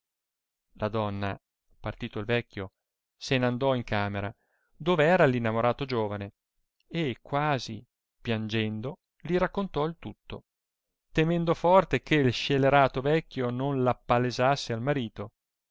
la donna partito il vecchio se n andò in camera dove era l innamorato giovane e quasi piagnendo li raccontò il tutto temendo forte che scelerato vecchio non l appalesasse al marito